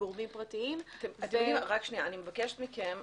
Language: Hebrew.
לגורמים פרטיים --- אני מבקשת מכם,